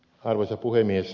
arvoisa puhemies